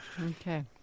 Okay